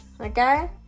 okay